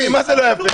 אלי, מה זה לא יפה?